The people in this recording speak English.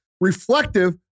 reflective